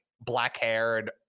black-haired